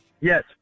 Yes